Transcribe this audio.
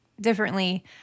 differently